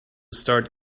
start